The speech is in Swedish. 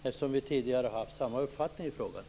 Vi har ju tidigare haft samma uppfattning i frågan.